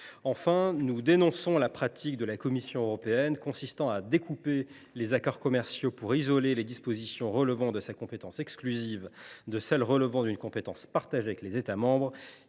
Enfin, nous dénonçons la pratique de la Commission européenne consistant à découper les accords commerciaux pour isoler les dispositions qui relèvent de sa compétence exclusive de celles qui relèvent d’une compétence partagée avec les États membres.